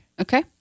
Okay